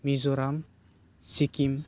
Mizoram Sikkim